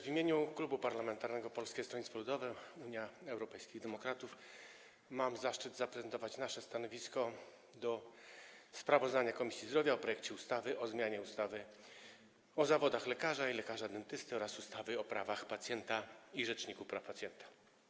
W imieniu Klubu Parlamentarnego Polskiego Stronnictwa Ludowego - Unii Europejskich Demokratów mam zaszczyt zaprezentować nasze stanowisko wobec sprawozdania Komisji Zdrowia o projekcie ustawy o zmianie ustawy o zawodach lekarza i lekarza dentysty oraz ustawy o prawach pacjenta i Rzeczniku Praw Pacjenta.